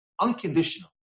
Unconditional